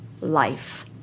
life